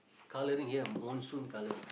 coloring here monsoon color